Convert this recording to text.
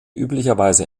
üblicherweise